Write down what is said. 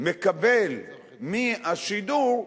מקבל מהשידור,